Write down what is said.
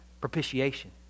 propitiation